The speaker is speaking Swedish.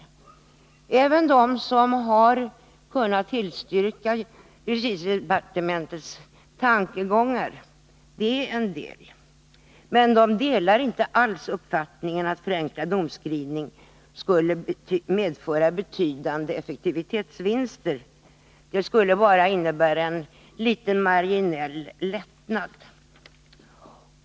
Några remissinstanser har kunnat tillstyrka justitiedepartementets tankegångar, men de delar inte alls uppfattningen att förenklad domskrivning skulle medföra betydande effektivitetsvinster — den skulle bara innebära en liten, marginell lättnad.